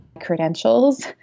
credentials